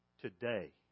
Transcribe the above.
today